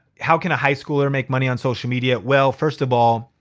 how can a high schooler make money on social media? well, first of all,